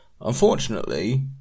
Unfortunately